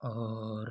और